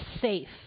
safe